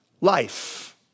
life